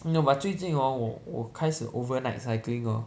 you know but 最近 hor 我我开始 overnight cycling hor